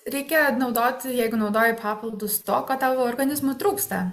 reikia naudoti jeigu naudoji papildus to ko tavo organizmui trūksta